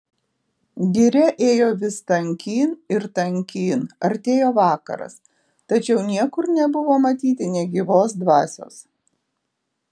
giria ėjo vis tankyn ir tankyn artėjo vakaras tačiau niekur nebuvo matyti nė gyvos dvasios